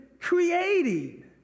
creating